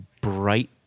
bright